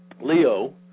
Leo